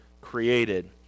created